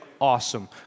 awesome